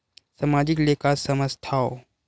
सामाजिक ले का समझ थाव?